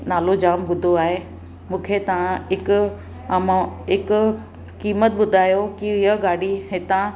नालो जामु ॿुधो आहे मूंखे तव्हां हिकु अमाउं हिकु क़ीमत ॿुधायो की हीअ गाॾी हितां